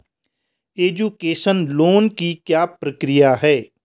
Education loan की क्या प्रक्रिया है?